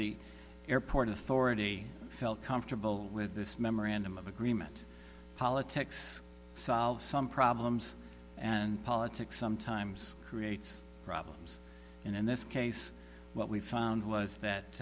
the airport authority felt comfortable with this memorandum of agreement politics solve some problems and politics sometimes creates problems in this case what we found was that